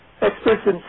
Experts